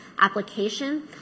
application